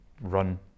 run